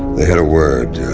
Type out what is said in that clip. they had a word,